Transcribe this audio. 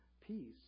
peace